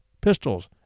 pistols